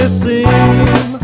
seem